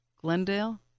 Glendale